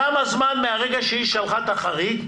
כמה זמן מהרגע שהיא שלחה את החריג,